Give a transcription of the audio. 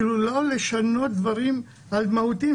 כאילו לא לשנות דברים מהותיים,